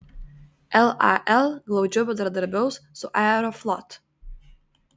lal glaudžiau bendradarbiaus su aeroflot